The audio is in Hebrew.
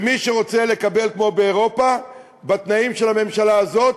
שמי שרוצה לקבל כמו באירופה בתנאים של הממשלה הזאת,